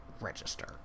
register